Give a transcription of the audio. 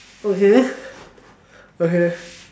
okay okay